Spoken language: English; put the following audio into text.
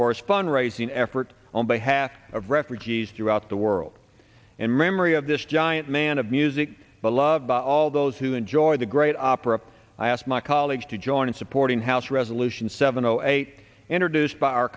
raising effort on behalf of refugees throughout the world in memory of this giant man of music beloved by all those who enjoy the great opera i asked my colleagues to join in supporting house resolution seven o eight introduced by our